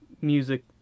music